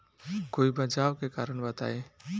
कोई बचाव के कारण बताई?